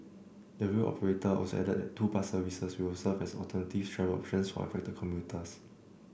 the rail operator also added that two bus services will serve as alternative travel options for affected commuters